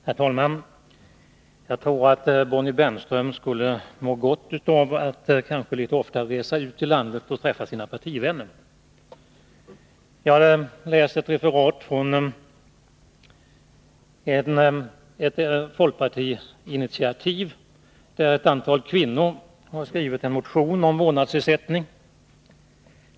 Herr talman! Jag tror att Bonnie Bernström skulle må gott av att litet oftare resa ut i landet och träffa sina partivänner. Jag har läst ett referat av en motion, som ett antal folkpartikvinnor har skrivit om vårdnadsersättning.